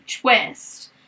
twist